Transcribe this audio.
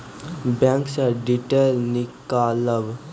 Bank से detail नीकालव?